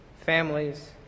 families